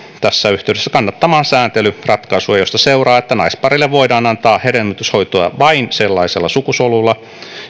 tässä yhteydessä kannattamaan sääntelyratkaisua josta seuraa että naispareille voidaan antaa hedelmöityshoitoa vain sellaisilla sukusoluilla